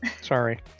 Sorry